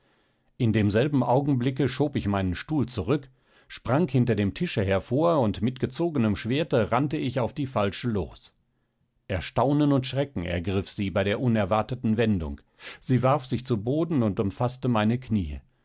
in demselben augenblicke schob ich meinen stuhl zurück sprang hinter dem tische hervor und mit gezogenem schwerte rannte ich auf die falsche los erstaunen und schrecken ergriff sie bei der unerwarteten wendung sie warf sich zu boden und umfaßte meine kniee